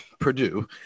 Purdue